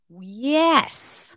yes